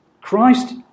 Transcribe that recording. Christ